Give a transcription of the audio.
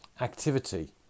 activity